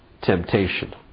temptation